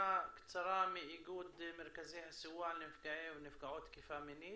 סקירה קצרה מאיגוד מרכזי הסיוע לנפגעי ונפגעות תקיפה מינית.